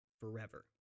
forever